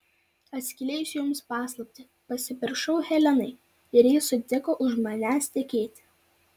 atskleisiu jums paslaptį pasipiršau helenai ir ji sutiko už manęs tekėti